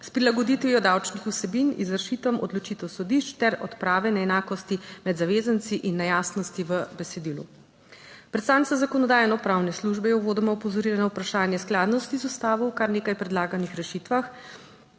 s prilagoditvijo davčnih vsebin izvršitvam odločitev sodišč ter odprave neenakosti med zavezanci in nejasnosti v besedilu. Predstavnica Zakonodajno-pravne službe je uvodoma opozorila na vprašanje skladnosti z Ustavo v kar nekaj predlaganih rešitvah.